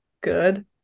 good